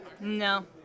No